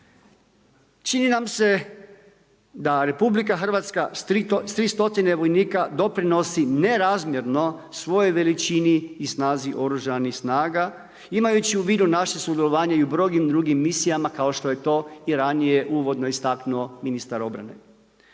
Čini nam se da RH s 3 stotine vojnika doprinosi nerazmjerno svojoj veličini i snazi Oružanih snaga imajući u vidu naše sudjelovanje i u mnogim drugim misijama kao što je to i ranije uvodno istaknuo ministar obrane.